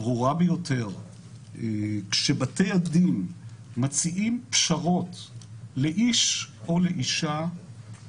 ברור שזה גוף מפקח ולא גוף עוקף ערעור,